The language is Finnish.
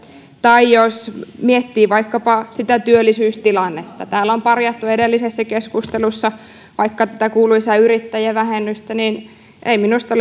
tai jos miettii vaikkapa työllisyystilannetta täällä on parjattu edellisessä keskustelussa vaikka tätä kuuluisaa yrittäjävähennystä mutta ei minusta